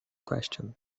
question